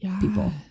people